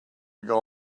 ago